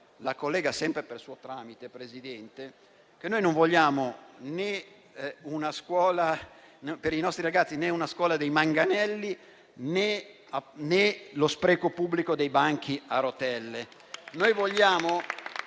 la collega - sempre per suo tramite, Presidente - sul fatto che noi non vogliamo, per i nostri ragazzi, né una scuola dei manganelli, né lo spreco pubblico dei banchi a rotelle.